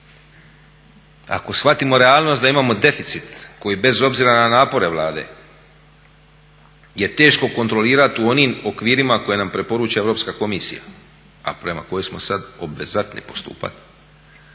ako shvatimo realnost da imamo deficit koji bez obzira na napore Vlade je teško kontrolirati u onim okvirima koje nam preporuča Europska komisija, a prema kojima smo sad obvezatni postupati.